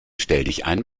stelldichein